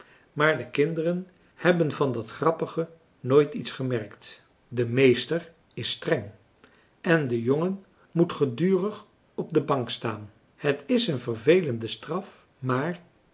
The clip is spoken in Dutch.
maar de kinderen hebben van dat grappige nooit iets gemerkt de meester is streng en de jongen moet gedurig op de bank staan het is een vervelende straf maar